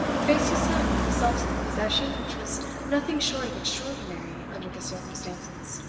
faced his son with a self-possession which was nothing short of extraordinary under the circumstances.